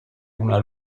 una